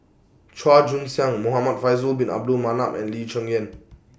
Chua Joon Siang Muhamad Faisal Bin Abdul Manap and Lee Cheng Yan